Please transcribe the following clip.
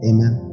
Amen